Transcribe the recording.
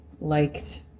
liked